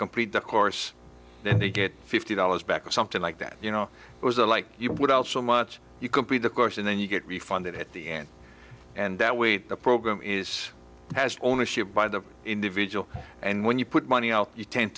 complete the course and they get fifty dollars back or something like that you know it was a like you would also much you complete the course and then you get refunded at the end and that weight the program is has ownership by the individual and when you put money out you tend